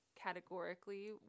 categorically